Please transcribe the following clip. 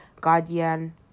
guardian